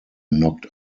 knocked